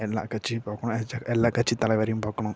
எல்லா கட்சியும் பார்க்கணும் எல்லாம் கட்சி தலைவரையும் பார்க்கணும்